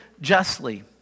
justly